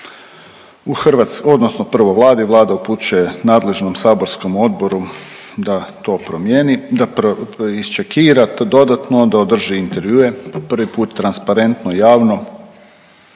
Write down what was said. u hrvat…, odnosno prvo Vladi, Vlada upućuje nadležnom saborskom odboru da to promijeni, da iščekira to dodatno, da održi intervjue, prvi put transparentno i javno.